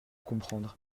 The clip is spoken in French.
comprendre